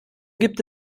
gibt